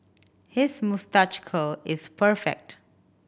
his moustache curl is perfect